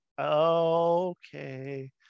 okay